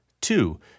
Two